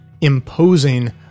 imposing